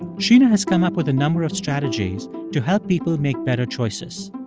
sheena has come up with a number of strategies to help people make better choices.